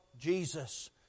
Jesus